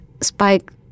Spike